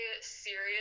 serious